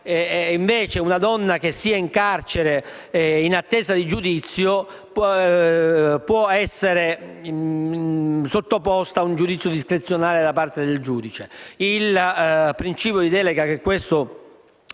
invece una donna che sia in carcere in attesa di giudizio può essere sottoposta a un giudizio discrezionale da parte del giudice. Il principio di delega, che questo